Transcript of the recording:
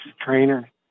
trainer